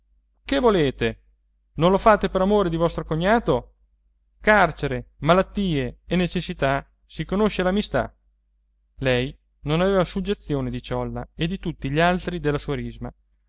che volete non lo fate per amore di vostro cognato carcere malattie e necessità si conosce l'amistà lei non aveva suggezione di ciolla e di tutti gli altri della sua risma